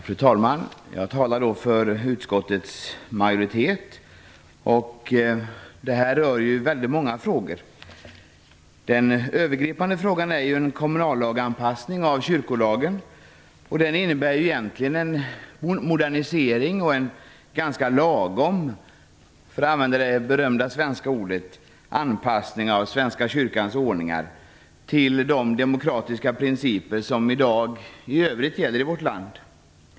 Fru talman! Jag talar för utskottets majoritet. Detta betänkande rör många frågor. Den övergripande frågan gäller en kommunallagsanpassning av kyrkolagen. Den innebär egentligen en modernisering och en ganska lagom - för att använda det berömda svenska ordet - anpassning av svenska kyrkans ordningar till de demokratiska principer som i dag i övrigt gäller i vårt land.